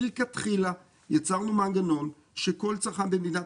מלכתחילה יצרנו מנגנון שכל צרכן במדינת